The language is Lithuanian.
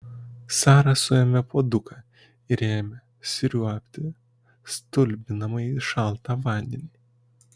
sara suėmė puoduką ir ėmė sriuobti stulbinamai šaltą vandenį